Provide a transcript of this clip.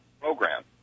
program